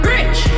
Rich